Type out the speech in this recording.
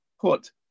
put